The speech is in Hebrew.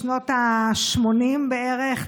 משנות השמונים בערך,